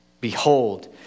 Behold